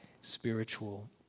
spiritual